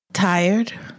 Tired